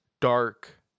dark